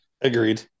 agreed